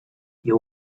you